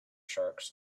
sharks